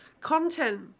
content